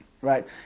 Right